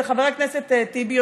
וחבר הכנסת טיבי,